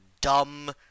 dumb